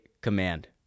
command